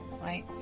right